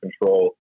control